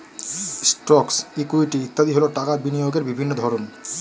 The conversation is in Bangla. স্টকস, ইকুইটি ইত্যাদি হল টাকা বিনিয়োগের বিভিন্ন ধরন